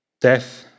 Death